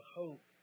hope